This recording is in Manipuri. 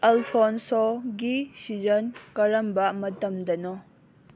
ꯑꯜꯐꯣꯟꯁꯣꯒꯤ ꯁꯤꯖꯟ ꯀꯔꯝꯕ ꯃꯇꯝꯗꯅꯣ